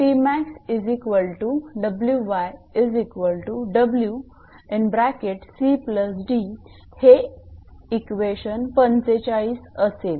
म्हणून इक्वेशन 45 असेल